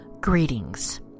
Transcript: Greetings